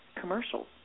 commercials